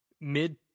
mid